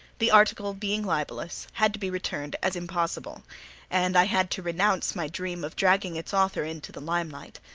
the article, being libelous, had to be returned as impossible and i had to renounce my dream of dragging its author into the limelight.